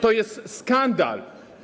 To jest skandal.